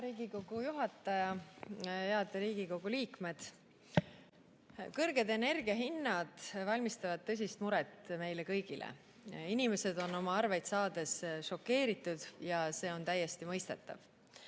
[istungi] juhataja! Head Riigikogu liikmed! Kõrged energiahinnad valmistavad tõsist muret meile kõigile. Inimesed on arveid saades šokeeritud ja see on täiesti mõistetav.